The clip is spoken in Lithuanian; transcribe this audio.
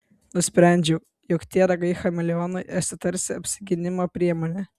nusprendžiau jog tie ragai chameleonui esti tarsi apsigynimo priemonė